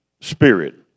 spirit